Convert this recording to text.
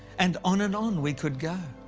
and on and on we could go.